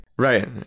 Right